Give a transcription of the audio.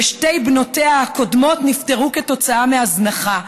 ושתי בנותיה הקודמות נפטרו כתוצאה מהזנחה.